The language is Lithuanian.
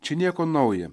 čia nieko nauja